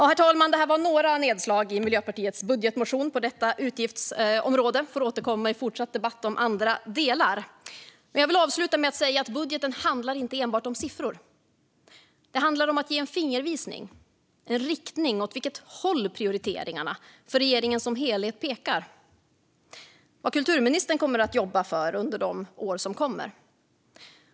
Herr talman! Detta var några nedslag i Miljöpartiets budgetmotion på detta utgiftsområde. Vi får återkomma i fortsatt debatt om andra delar. Jag vill avsluta med att säga att budgeten inte enbart handlar om siffror utan också om att ge en fingervisning, en riktning, åt vilket håll prioriteringarna för regeringen som helhet pekar och vad kulturministern kommer att jobba för under de år som kommer.